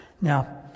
Now